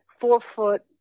four-foot